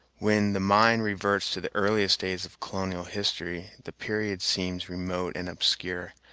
when the mind reverts to the earliest days of colonial history, the period seems remote and obscure,